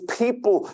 people